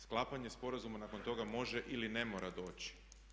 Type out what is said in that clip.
Sklapanje sporazuma nakon toga može ili ne mora doći.